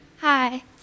Hi